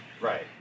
right